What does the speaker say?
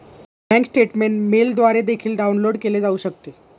bank statement मेलद्वारे देखील download केले जाऊ शकते